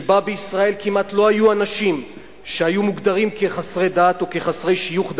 שבה בישראל כמעט לא היו אנשים שהיו מוגדרים חסרי דת או חסרי שיוך,